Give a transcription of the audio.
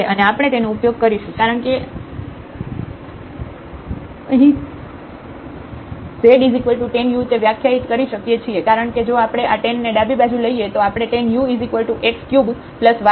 અને આપણે તેનો ઉપયોગ કરીશું કારણ કે આફે અહીં z tan u તે વ્યાખ્યાયિત કરી શકીએ છીએ કે કારણ કે જો આપણે આ tan ને ડાબી બાજુ લઈએ તો આપણને tan ux3y3x y મળશે